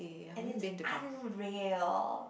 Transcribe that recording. and it's unreal